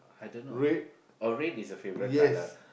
I don't know oh red is your favourite colour